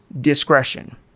discretion